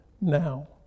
now